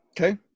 Okay